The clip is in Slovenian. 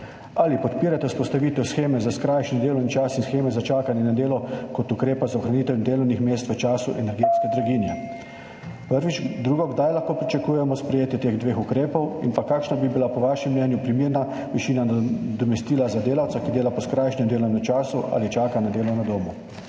Ali podpirate vzpostavitev sheme za skrajšani delovni čas in sheme za čakanje na delo kot ukrepa za ohranitev delovnih mest v času energetske draginje? Kdaj lahko pričakujemo sprejetje teh dveh ukrepov? Kakšna bi bila po vašem mnenju primerna višina nadomestila za delavca, ki dela po skrajšanem delovnem času ali čaka na delo na domu?